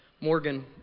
Morgan